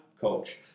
coach